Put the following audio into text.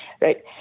right